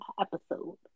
episode